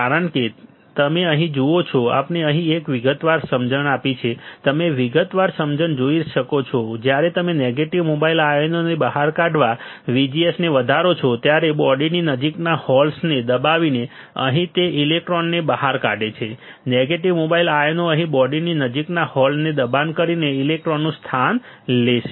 કારણ કે તમે અહીં જુઓ છો આપણે અહીં એક વિગતવાર સમજણ આપી છે તમે વિગતવાર સમજણ જોઈ શકો છો જ્યારે તમે નેગેટિવ મોબાઇલ આયનોને બહાર કાઢવા VGS ને વધારો છો ત્યારે બોડીની નજીકના હોલ્સને દબાવીને અહીં છે તે ઇલેક્ટ્રોનને બહાર કાઢે છે નેગેટિવ મોબાઇલ આયનો અહીં બોડીની નજીકના હોલ્સને દબાણ કરીને ઇલેક્ટ્રોનનું સ્થાન લશે